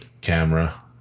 camera